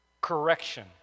correction